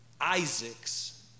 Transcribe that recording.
Isaac's